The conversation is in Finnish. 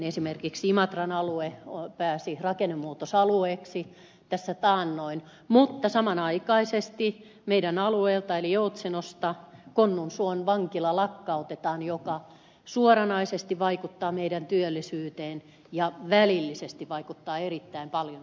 esimerkiksi imatran alue pääsi rakennemuutosalueeksi tässä taannoin mutta samanaikaisesti meidän alueeltamme eli joutsenosta konnunsuon vankila lakkautetaan mikä suoranaisesti vaikuttaa työllisyyteemme ja välillisesti vaikuttaa erittäin paljon